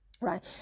right